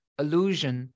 illusion